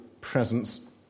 presence